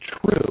true